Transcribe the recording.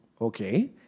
okay